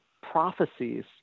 prophecies